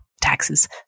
taxes